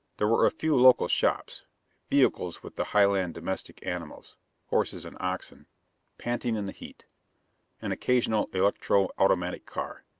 there were a few local shops vehicles with the highland domestic animals horses and oxen panting in the heat an occasional electro-automatic car.